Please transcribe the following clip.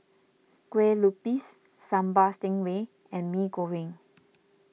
Kueh Lupis Sambal Stingray and Mee Goreng